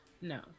no